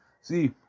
see